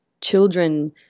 children